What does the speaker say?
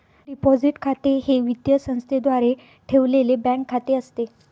deposit खाते हे वित्तीय संस्थेद्वारे ठेवलेले बँक खाते असते